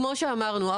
כמו שאמרנו,